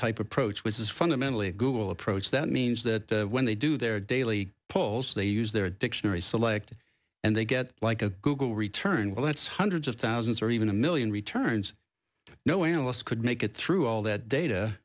type approach which is fundamentally a google approach that means that when they do their daily polls they use their dictionary select and they get like a google return well that's hundreds of thousands or even a million returns you know analysts could make it through all that data